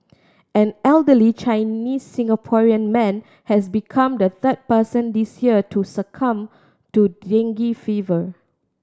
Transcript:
an elderly Chinese Singaporean man has become the third person this year to succumb to dengue fever